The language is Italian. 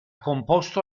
composto